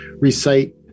recite